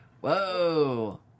Whoa